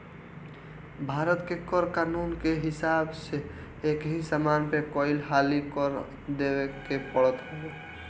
भारत के कर कानून के हिसाब से एकही समान पे कई हाली कर देवे के पड़त हवे